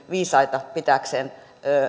viisaita pitääkseen